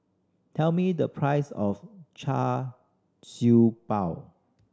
tell me the price of Char Siew Bao